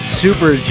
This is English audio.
super